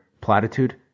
platitude